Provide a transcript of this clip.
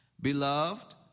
Beloved